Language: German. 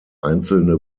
einzelne